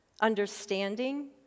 understanding